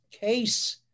case